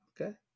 okay